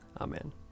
Amen